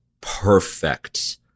perfect